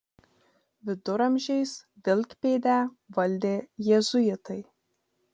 viduramžiais vilkpėdę valdė jėzuitai